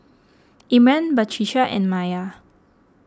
Imran Batrisya and Maya